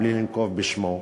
בלי לנקוב בשמו,